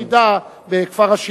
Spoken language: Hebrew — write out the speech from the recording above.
למלא את תפקידה בכפר-השילוח.